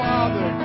Father